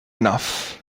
enough